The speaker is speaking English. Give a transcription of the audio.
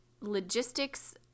logistics